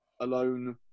Alone